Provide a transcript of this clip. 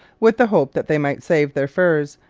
with the hope that they might save their furs,